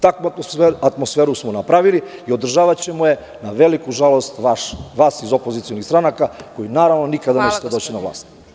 Takvu atmosferu smo napravili i održavaćemo je, na veliku žalost vas iz opozicionih stranaka, koji nikada nećete doći na vlast.